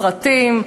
סרטים,